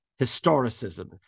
historicism